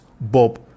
Bob